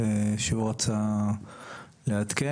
והוא רצה לעדכן,